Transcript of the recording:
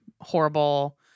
horrible